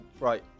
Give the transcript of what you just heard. right